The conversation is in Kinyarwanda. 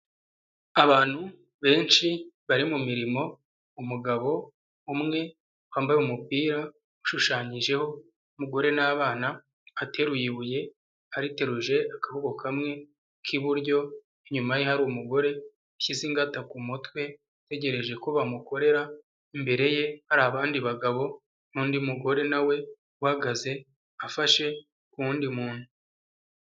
Abantu benshi bari mu mirimo umugabo umwe wambaye umupira ushushanyijeho umugore n'abana ateruye ibuye ariteruje akaboko kamwe k'iburyo inyuma ye hari umugore ushyize ingata ku mutwe ategereje ko bamukorera, imbere ye hari abandi bagabo n'undi mugore nawe uhagaze afashe ku wundi muntu.